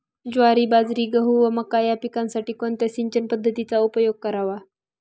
ज्वारी, बाजरी, गहू व मका या पिकांसाठी कोणत्या सिंचन पद्धतीचा उपयोग करावा?